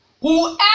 Whoever